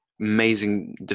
amazing